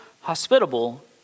hospitable